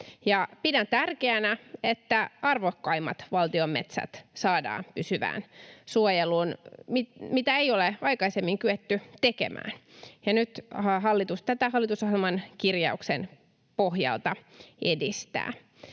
Pidän tärkeänä, että arvokkaimmat valtion metsät saadaan pysyvään suojeluun, mitä ei ole aikaisemmin kyetty tekemään, ja nyt hallitus tätä hallitusohjelman kirjauksen pohjalta edistää.